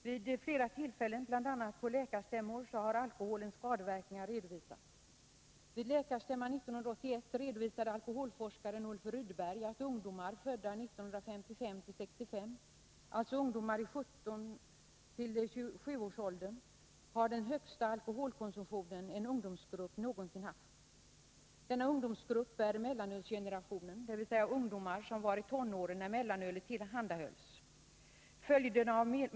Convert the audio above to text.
Vid flera tillfällen, bl.a. på läkarstämmor, har alkoholens skadeverkningar redovisats. Vid läkarstämman 1981 rapporterade alkoholforskaren Ulf Rydberg att ungdomar födda mellan 1955 och 1965, alltså ungdomar i 17-27-årsåldern, har den högsta alkoholkonsumtionen en ungdomsgrupp någonsin har haft. Denna ungdomsgrupp är mellanölsgenerationen, dvs. de ungdomar som var i tonåren när mellanölet tillhandahölls.